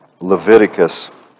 Leviticus